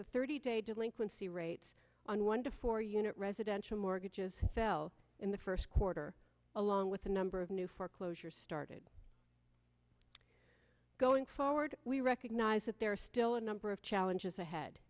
the thirty day delinquency rates on one to four unit residential mortgages fell in the first quarter along with the number of new foreclosures started going forward we recognize that there are still a number of challenges ahead